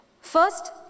first